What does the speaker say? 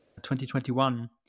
2021